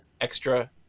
extra